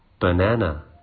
banana